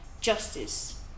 justice